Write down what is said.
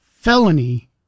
felony